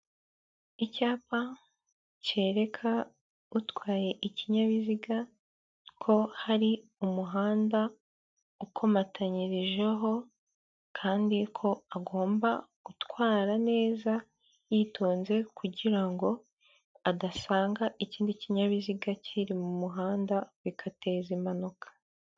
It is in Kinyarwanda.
Icyapa cyereka utwaye ikinyabiziga ko hari umuhanda ukomatanyirijeho kandi ko agomba gutwara neza yitonze kugira ngo adasanga ikindi kinyabiziga kiri mu muhanda bigateza impanuka.